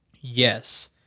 Yes